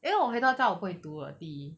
因为我回到家我不会读的第一